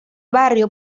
barrio